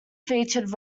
featured